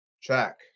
check